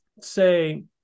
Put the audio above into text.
say